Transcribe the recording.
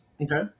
Okay